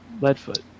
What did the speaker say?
Leadfoot